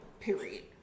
Period